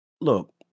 Look